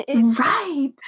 Right